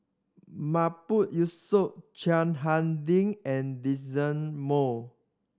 Yusof Chiang Hai Ding and Moss